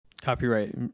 Copyright